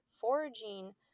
foraging